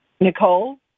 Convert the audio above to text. Nicole